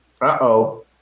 Uh-oh